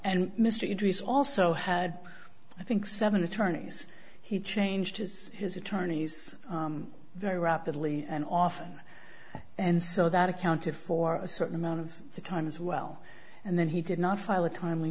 injuries also had i think seven attorneys he changed his his attorneys very rapidly and often and so that accounted for a certain amount of time as well and then he did not file a timely